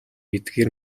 эдгээр